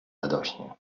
radośnie